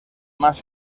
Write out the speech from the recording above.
más